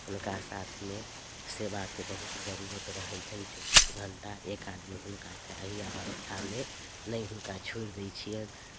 हुनका साथमे सेवाके बहुत जरूरत रहैत छनि चौबीस घंटा एक आदमी हुनका चाही अवस्थामे नहि हुनका छोड़ि दैत छियनि